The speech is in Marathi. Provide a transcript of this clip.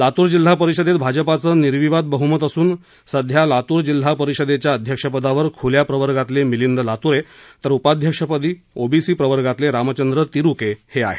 लातूर जिल्हा परिषदेत भाजपाचं निर्विवाद बहमत असून सध्या लातूर जिल्हा परिषदेच्या अध्यक्षपदावर खुल्या प्रवर्गातले मिलिंद लातूरे तर उपाध्यक्षपदी ओबीसी प्रवर्गातले रामचंद्र तिरुके आहेत